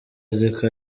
aziko